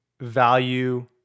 value